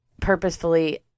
purposefully